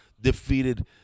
defeated